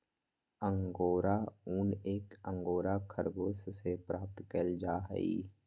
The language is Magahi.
अंगोरा ऊन एक अंगोरा खरगोश से प्राप्त कइल जाहई